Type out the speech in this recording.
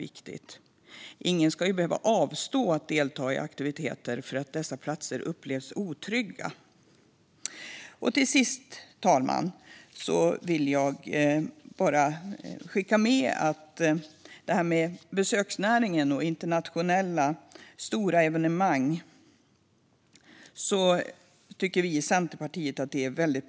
Ingen ska behöva avstå från att delta i aktiviteter för att dessa platser upplevs som otrygga. Fru talman! Till sist vill jag skicka med att vi i Centerpartiet tycker att frågan om besöksnäringen och stora internationella idrottsevenemang är positiv för Sverige.